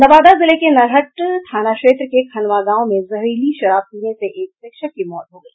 नवादा जिले में नरहट थाना क्षेत्र के खनवां गांव में जहरीली शराब पीने से एक शिक्षक की मौत हो गई